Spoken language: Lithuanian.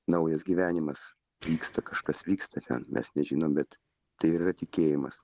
naujas gyvenimas vyksta kažkas vyksta ten mes nežinom bet tai yra tikėjimas